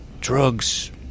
drugs